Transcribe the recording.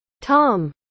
Tom